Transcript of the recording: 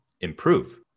improve